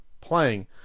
playing